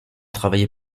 travaillé